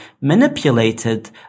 manipulated